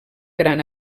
gran